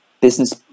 business